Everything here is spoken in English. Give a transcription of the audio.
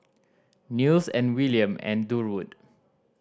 Nils and Willaim and Durwood